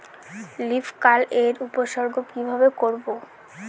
Leaf curl এর উপসর্গ কিভাবে করব?